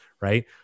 right